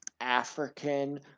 african